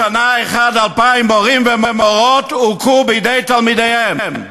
בשנה אחת, 2,000 מורים ומורות הוכו בידי תלמידיהם.